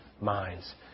minds